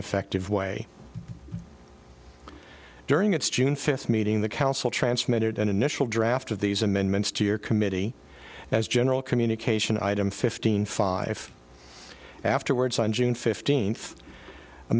effective way during its june fifth meeting the council transmitted an initial draft of these amendments to your committee as a general communication item fifteen five afterwards on june fifteenth